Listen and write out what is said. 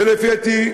ולפי דעתי,